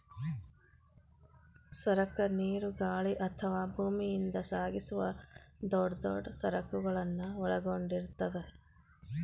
ಸರಕ ನೇರು ಗಾಳಿ ಅಥವಾ ಭೂಮಿಯಿಂದ ಸಾಗಿಸುವ ದೊಡ್ ದೊಡ್ ಸರಕುಗಳನ್ನ ಒಳಗೊಂಡಿರ್ತದ